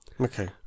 Okay